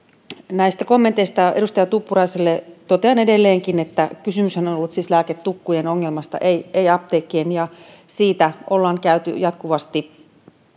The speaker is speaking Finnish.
näistä kommenteista edustaja tuppuraiselle totean edelleenkin että kysymyshän on on ollut siis lääketukkujen ongelmasta ei ei apteekkien ja siitä ollaan käyty jatkuvasti